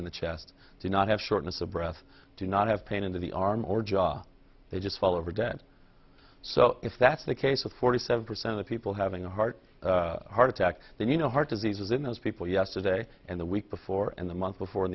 in the chest do not have shortness of breath do not have pain into the arm or jaw they just fall over dead so if that's the case of forty seven percent of people having a heart heart attack then you know heart disease is in those people yesterday and the week before and the month before